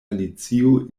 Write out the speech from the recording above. alicio